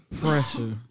Pressure